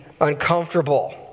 uncomfortable